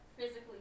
physically